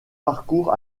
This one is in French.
parcours